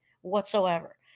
whatsoever